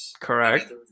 Correct